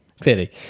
Clearly